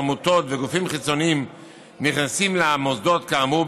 עמותות וגופים חיצוניים נכנסים למוסדות כאמור,